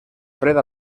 fred